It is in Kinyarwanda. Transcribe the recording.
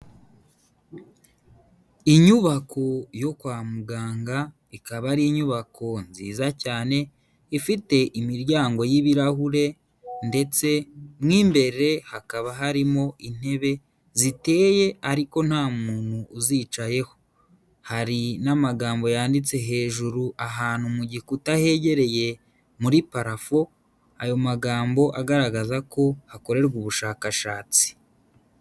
Inyubako yo kwa muganga, ikaba ari inyubako nziza cyane ifite imiryango y'ibirahure ndetse mo imbere hakaba harimo intebe ziteye ariko nta muntu uzicayeho. Hari n'amagambo yanditse hejuru ahantu mu gikuta hegereye muri parafo, ayo magambo agaragaza ko hakorerwa ubushakashatsi.